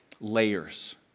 layers